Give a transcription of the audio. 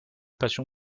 passion